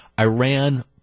Iran